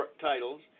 titles